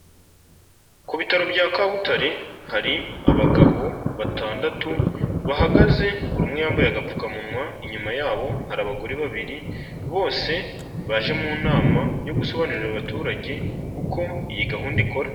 Ku bitaro bya Kabutare, hari abagabo batandatu bahagaze, buri umwe yambaye agapfukamunwa, inyuma yabo hari abagore babiri, bose baje mu nama yo gusobanurira aba baturage uko iyi gahunda ikora.